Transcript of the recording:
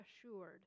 assured